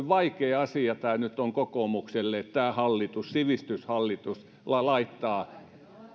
vaikea asia nyt on kokoomukselle että tämä hallitus sivistyshallitus laittaa